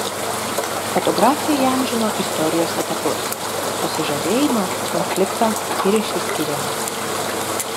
fotografė įamžino istorijos etapus susižavėjimą konfliktą ir išsiskyrimą